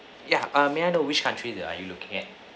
ya um may I know which country that are you look at